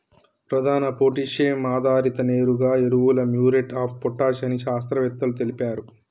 ప్రధాన పొటాషియం ఆధారిత నేరుగా ఎరువులు మ్యూరేట్ ఆఫ్ పొటాష్ అని శాస్త్రవేత్తలు తెలిపారు